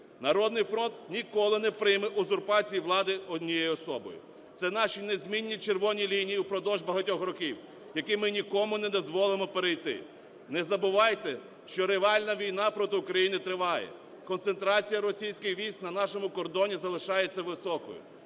"Народний фронт" ніколи не прийме узурпації влади однією особою. Це наші незмінні червоні лінії впродовж багатьох років, які ми нікому не дозволимо перейти. Не забувайте, що реальна війна проти України триває, концентрація російських військ на нашому кордоні залишається високою,